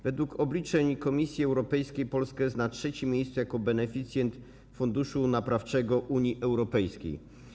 Według obliczeń Komisji Europejskiej Polska jest na trzecim miejscu jako beneficjent funduszu naprawczego Unii Europejskiej.